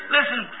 Listen